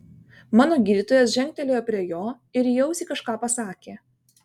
mano gydytojas žengtelėjo prie jo ir į ausį kažką pasakė